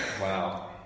Wow